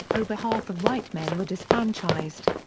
over half of white men were disfranchised.